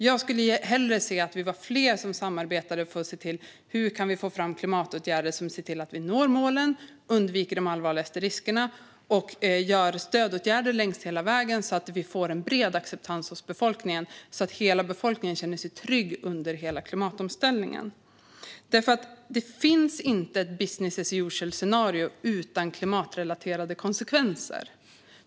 Jag skulle hellre se att vi är fler som samarbetar för att få fram klimatåtgärder som gör att vi når målen, undviker de allvarligaste riskerna och gör stödåtgärder hela vägen. Då kan vi få bred acceptans hos befolkningen, och hela befolkningen kan känna sig trygg under hela klimatomställningen. Det finns nämligen inte ett business as usual-scenario utan klimatrelaterade konsekvenser.